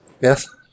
Yes